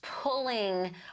pulling